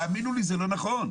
תאמינו לי, זה לא נכון.